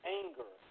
anger